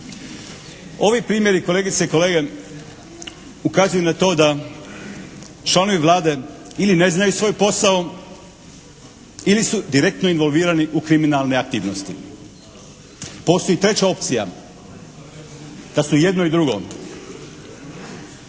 Ovi primjeri kolegice i kolege ukazuju na to da članovi Vlade ili ne znaju svoj posao ili su direktno involvirani u kriminalne aktivnosti. Postoji i treća opcija, da su i jedno i drugo.